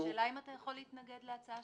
ההצעה